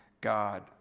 God